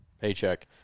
paycheck